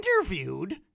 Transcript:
interviewed